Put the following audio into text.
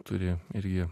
turi ir ji